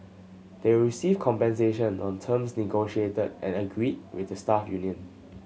they will receive compensation on terms negotiated and agreed with the staff union